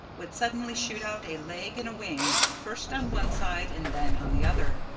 would suddenly shoot out a leg and a wing, first on one side and then on the other,